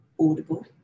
audible